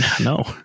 No